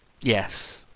Yes